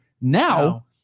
Now